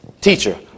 teacher